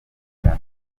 ijana